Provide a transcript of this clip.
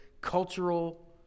cultural